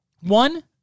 One